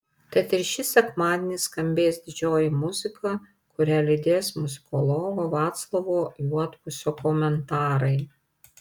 tad ir šį sekmadienį skambės didžioji muzika kurią lydės muzikologo vaclovo juodpusio komentarai